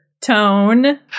tone